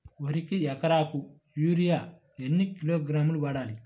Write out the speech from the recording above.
వరికి ఎకరాకు యూరియా ఎన్ని కిలోగ్రాములు వాడాలి?